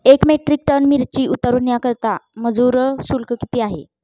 एक metric ton मिरची उतरवण्याकरता मजूर शुल्क किती आहे?